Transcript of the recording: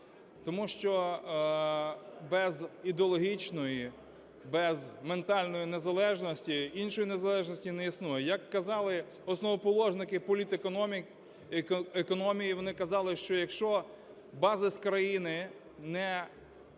Тому що без ідеологічної, без ментальної незалежності, іншої незалежності не існує. Як казали основоположники політекономії, вони казали, що якщо базис країни не